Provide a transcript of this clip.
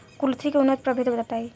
कुलथी के उन्नत प्रभेद बताई?